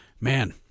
man